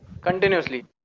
continuously